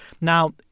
Now